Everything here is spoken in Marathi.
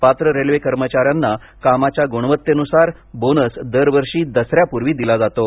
पात्र रेल्वे कर्मचार्यां ना कामाच्या गुणवत्तेनुसार बोनस दरवर्षी दसऱ्यापूर्वी दिला जातो